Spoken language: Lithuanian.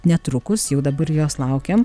netrukus jau dabar jos laukiam